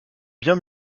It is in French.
bien